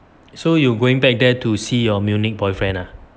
so you're going back there to see your munich boyfriend ah